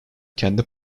kendi